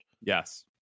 Yes